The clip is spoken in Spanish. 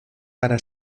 para